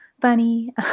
funny